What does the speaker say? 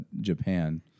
Japan